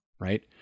right